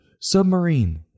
submarine